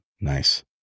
nice